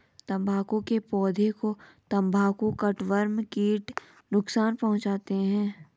तंबाकू के पौधे को तंबाकू कटवर्म कीट नुकसान पहुंचाते हैं